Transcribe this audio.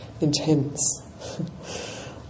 intense